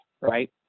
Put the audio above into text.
right